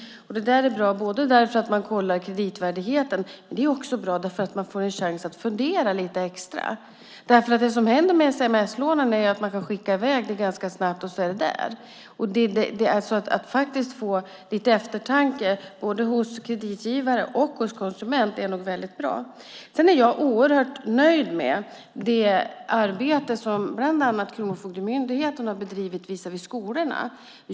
Det är bra, eftersom kreditvärdigheten kollas. Men det är också bra därför att man får en chans att fundera lite extra. När det gäller sms-lånen kan man ju skicka iväg ett sms ganska snabbt. Sedan är lånet där. Det är nog väldigt bra att både kreditgivare och konsumenter får lite tid för eftertanke. Sedan är jag oerhört nöjd med det arbete som bland annat Kronofogdemyndigheten har bedrivit visavi skolorna.